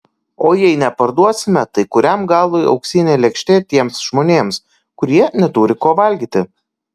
o jei neparduosime tai kuriam galui auksinė lėkštė tiems žmonėms kurie neturi ko valgyti